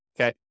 okay